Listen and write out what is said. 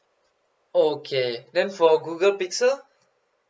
okay then for google pixel